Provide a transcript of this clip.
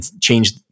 change